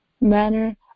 manner